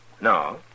No